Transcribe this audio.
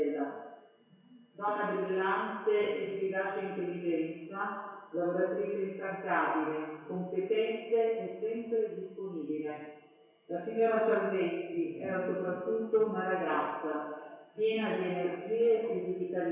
Donna brillante e di vivace intelligenza, lavoratrice instancabile, competente e sempre disponibile, la signora Salvetti era soprattutto una ragazza piena di energie e di vitalità.